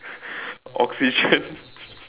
oxygen